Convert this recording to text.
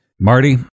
Marty